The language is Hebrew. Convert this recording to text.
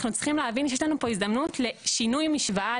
אנחנו צריכים להבין שיש לנו פה הזדמנות לשינוי משוואה,